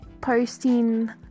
posting